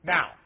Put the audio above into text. Now